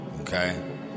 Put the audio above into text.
Okay